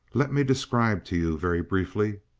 let me describe to you, very briefly,